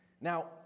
Now